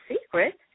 secret